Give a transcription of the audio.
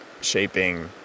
shaping